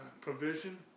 provision